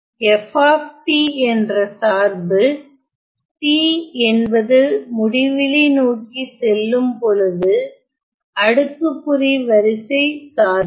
f என்ற சார்பு t என்பது முடிவிலி நோக்கி செல்லும்பொழுது அடுக்குக்குறி வரிசை சார்பு